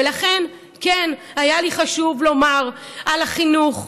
ולכן כן היה לי חשוב לומר על החינוך,